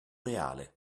reale